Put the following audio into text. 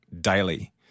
daily